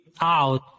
out